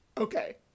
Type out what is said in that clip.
Okay